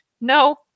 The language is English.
No